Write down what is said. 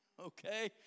Okay